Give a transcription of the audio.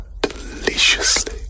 deliciously